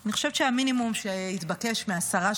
אני חושבת שהמינימום שהתבקש מהשרה,